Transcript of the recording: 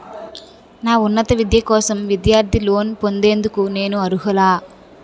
నా ఉన్నత విద్య కోసం విద్యార్థి లోన్ పొందేందుకు నేను అర్హులా?